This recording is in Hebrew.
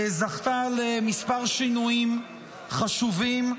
זכתה לכמה שינויים חשובים,